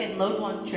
load one